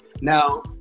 now